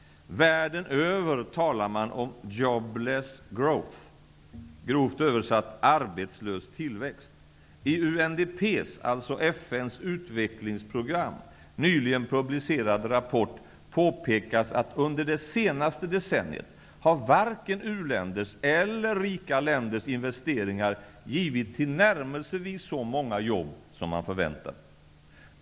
Världen över talar man om ''jobless growth'', grovt översatt ''arbetslös tillväxt''. I UNDP:s, FN:s utvecklingsprogram, nyligen publicerade rapport påpekas att varken u-länders eller rika länders investeringar under det senaste decenniet har givit tillnärmelsevis så många jobb man förväntat.